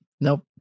Nope